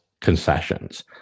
concessions